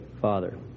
Father